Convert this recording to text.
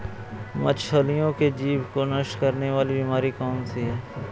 मछलियों के जीभ को नष्ट करने वाली बीमारी कौन सी है?